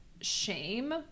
shame